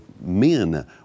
Men